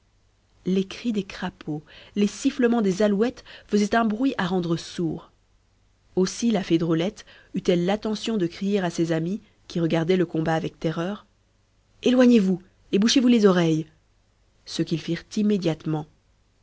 les cris des crapauds les sifflements des alouettes faisaient un bruit à rendre sourd aussi la fée drôlette eut-elle l'attention de crier à ses amis qui regardaient le combat avec terreur éloignez-vous et bouchez vous les oreilles ce qu'ils firent immédiatement